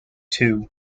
two